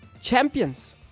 champions